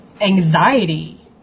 anxiety